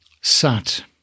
sat